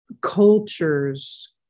cultures